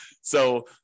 So-